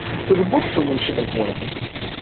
so the book solution is one of these,